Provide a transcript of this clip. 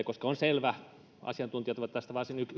koska on selvä asiantuntijat ovat tästä varsin